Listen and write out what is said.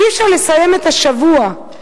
אי-אפשר לסיים את השבוע?